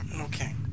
Okay